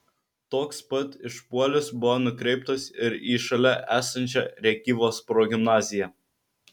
toks pat išpuolis buvo nukreiptas ir į šalia esančią rėkyvos progimnaziją